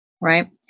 Right